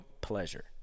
pleasure